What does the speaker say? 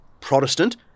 Protestant